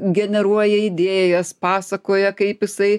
generuoja idėjas pasakoja kaip jisai